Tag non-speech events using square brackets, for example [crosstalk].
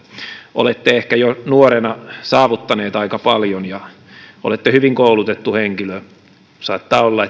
olette ehkä jo nuorena saavuttanut aika paljon ja olette hyvin koulutettu henkilö saattaa olla [unintelligible]